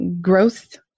growth